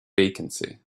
vacancy